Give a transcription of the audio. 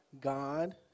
God